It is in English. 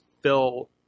fill